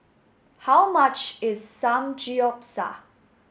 how much is Samgyeopsal